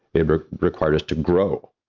it ah required us to grow,